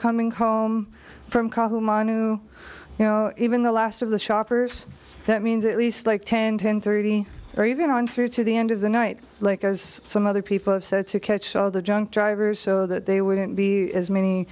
coming home from kabul manu you know even the last of the shoppers that means at least like ten ten thirty or even on through to the end of the night like as some other people have said to catch all the junk drivers so that they wouldn't be as many